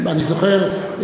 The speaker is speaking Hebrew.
אני זוכר,